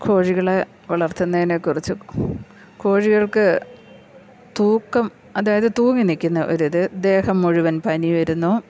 കോഴികളെ വളർത്തുന്നേതിനെ കുറിച്ചു കോഴികൾക്ക് തൂക്കം അതായത് തൂങ്ങി നിൽക്കുന്ന ഒരു ഇത് ദേഹം മുഴുവൻ പനി വരുന്നു